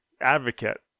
advocate